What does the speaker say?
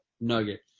nugget